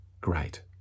great